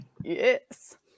Yes